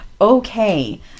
Okay